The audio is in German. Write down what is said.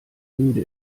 müde